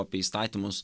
apie įstatymus